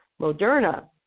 Moderna